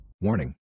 warning